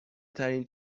ترین